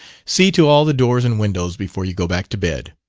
see to all the doors and windows before you go back to bed.